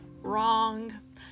Wrong